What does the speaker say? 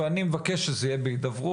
ואני מבקש שזה יהיה בהידברות,